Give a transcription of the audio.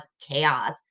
chaos